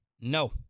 No